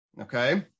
Okay